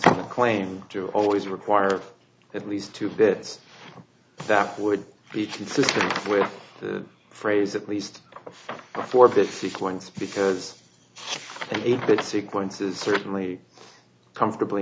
a claim to always require at least two bits that would be consistent with the phrase at least a four bit sequence because eight bit sequences certainly comfortably